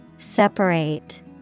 Separate